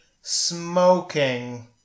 smoking